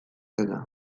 zena